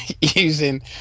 using